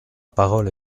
parole